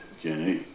Jenny